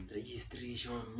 Registration